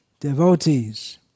Devotees